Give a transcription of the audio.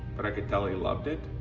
but i could tell he loved it.